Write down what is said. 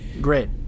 Great